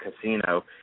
casino